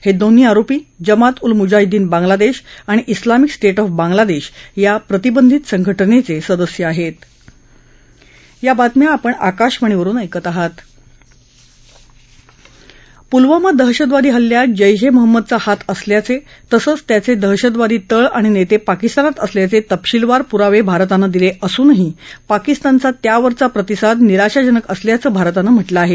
हक् दोन्ही आरोपी जमात उल मुजाहिद्दीन बांग्लादधीआणि इस्लामिक स्ट्ट ऑफ बांगलादधीया प्रतिबंधित संघटनध्वस्टिस्य आहत्त पुलवामा दहशतवादी हल्ल्यात जैश ए महंमद चा हात असल्याचे तसंच त्याचे दहशतवादी तळ आणि नेते पाकिस्तानात असल्याचे तपशीलवार पुरावे भारतानं दिले असूनही पाकिस्तानचा त्यावरचा प्रतिसाद निराशाजनक असल्याचं भारतानं म्हटलं आहे